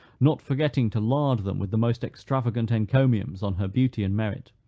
not forgetting to lard them with the most extravagant encomiums on her beauty and merit.